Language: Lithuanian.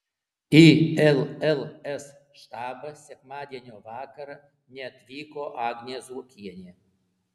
į lls štabą sekmadienio vakarą neatvyko agnė zuokienė